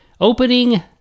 opening